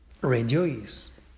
Rejoice